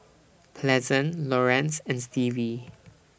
Pleasant Laurence and Stevie